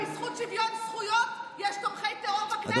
אבל בזכות שוויון זכויות יש תומכי טרור בכנסת.